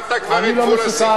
עברת כבר את גבול הסיכון.